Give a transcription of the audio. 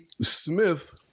Smith